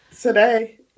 today